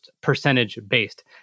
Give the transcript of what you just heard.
percentage-based